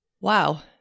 wow